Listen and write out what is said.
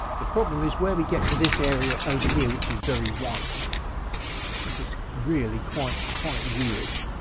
the problem is where we get to this area over here which is very white this is really quite quite weird